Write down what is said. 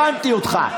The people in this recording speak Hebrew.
הבנתי אותך.